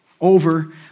over